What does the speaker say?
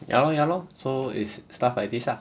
ya lor ya lor so his stuff like this ah